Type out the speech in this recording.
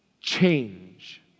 change